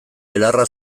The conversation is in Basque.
belarra